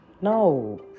no